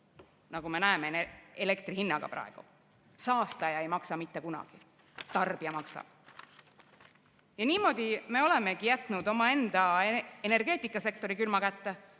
Nagu me näeme elektri hinnaga praegu. Saastaja ei maksa mitte kunagi. Tarbija maksab. Ja niimoodi me olemegi jätnud oma energeetikasektori külma kätte,